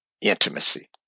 intimacy